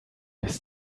bis